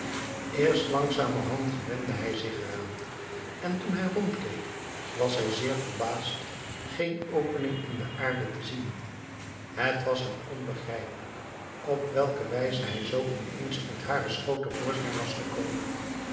eerst langzamerhand gewende hij zich er aan en toen hij rondkeek was hij zeer verbaasd geen opening in de aarde te zien het was hem onbegrijpelijk op welke wijze hij zoo ineens uit haren schoot te voorschijn was gekomen